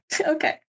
Okay